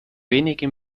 wenige